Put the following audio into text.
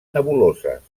nebuloses